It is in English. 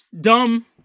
Dumb